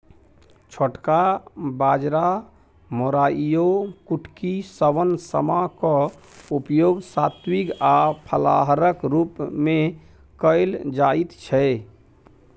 छोटका बाजरा मोराइयो कुटकी शवन समा क उपयोग सात्विक आ फलाहारक रूप मे कैल जाइत छै